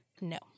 no